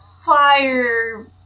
fire